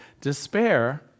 despair